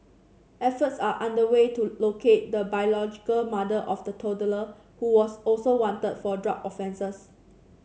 efforts are underway to locate the biological mother of the toddler who was also wanted for drug offences